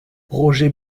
roger